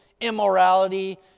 immorality